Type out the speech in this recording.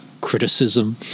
criticism